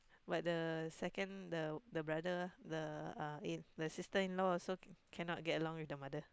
but the second the the brother the uh eh the sister in law also cannot get along with the mother